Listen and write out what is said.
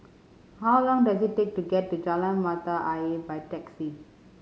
how long does it take to get to Jalan Mata Ayer by taxi